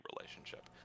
relationship